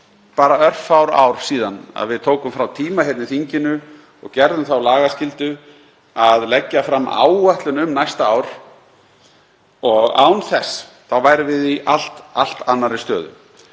bara örfá ár síðan að við tókum frá tíma hérna í þinginu og gerðum þá lagaskyldu að leggja fram áætlun um næsta ár og án þess þá værum við í allt annarri stöðu.